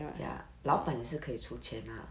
ya 老板是可以出钱 lah